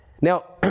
Now